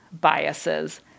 biases